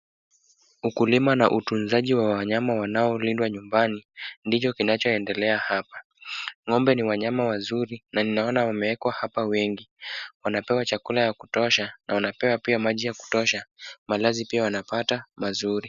Ukulima na utunzaji wa wanyama wanao lindwa nyumbani, ndicho kinacho endelea hapa. Ng'ombe ni wanyama wazuri na ninaona wamewekwa hapa wengi. Wanapewa chakula ya kutosha na wanapewa pia maji ya kutosha. Malazi pia wanapata mazuri.